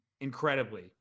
incredibly